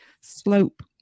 slope